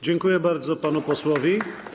Dziękuję bardzo panu posłowi.